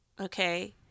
okay